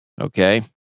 okay